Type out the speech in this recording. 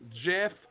Jeff